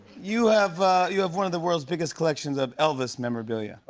you have you have one of the world's biggest collections of elvis memorabilia.